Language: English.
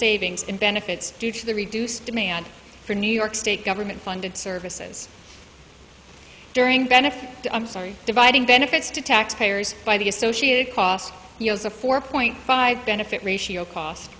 savings in benefits due to the reduced demand for new york state government funded services during benefit the i'm sorry dividing benefits to taxpayers by the associated cost of four point five benefit ratio cos